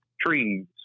trees